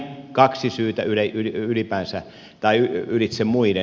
kaksi syytä ylitse muiden